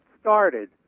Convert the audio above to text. started